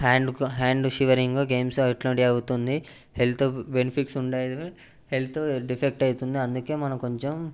హ్యాండ్కు hand shivering games ఇలాంటివి అవుతుంది health benefits ఉండేవి హెల్త్ డిఫెక్ట్ అవుతుంది అందుకే మనం కొంచెం